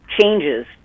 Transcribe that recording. changes